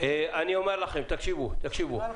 תודה.